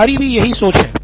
हमारी भी यही सोच है